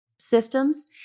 systems